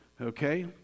Okay